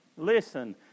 Listen